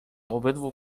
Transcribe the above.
obydwu